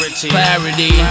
clarity